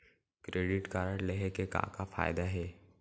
Credit card लेहे के का का फायदा हे?